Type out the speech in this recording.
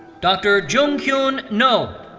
dr. junghyun noh.